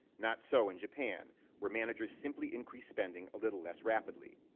not so in japan where managers simply increase spending a little less rapidly.